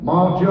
Mark